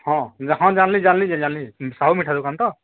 ହଁ ଜାଣିଲି ଜାଣିଲି ଜାଣିଲି ସାହୁ ମିଠା ଦୋକାନ ତ